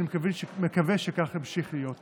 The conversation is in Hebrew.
ואני מקווה שכך ימשיך להיות.